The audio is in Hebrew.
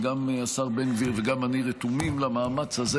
גם השר בן גביר וגם אני רתומים למאמץ הזה,